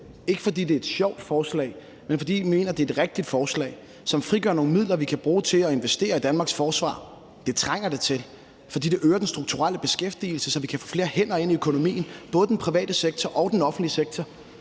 ikke fordi det er et sjovt forslag, men fordi vi mener, det er et rigtigt forslag, som frigør nogle midler, vi kan bruge til at investere i Danmarks forsvar – det trænger det til – og fordi det øger den strukturelle beskæftigelse, så vi kan få flere hænder i økonomien, både i den private sektor og i den offentlige sektor.